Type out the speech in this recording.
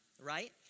right